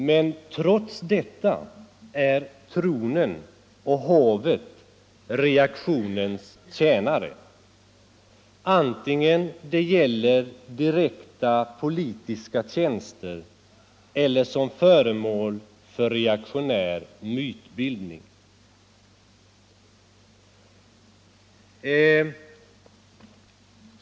Men trots detta är tronen och hovet reaktionens tjänare, vare sig det gäller direkta politiska tjänster eller reaktionär mytbildning.